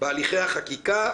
בהליכי החקיקה,